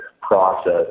process